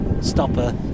stopper